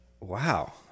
Wow